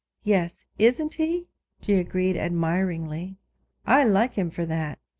yes, isn't he she agreed admiringly i like him for that.